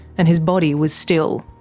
and his body was still.